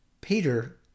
Peter